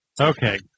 Okay